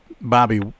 Bobby